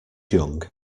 young